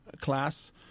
class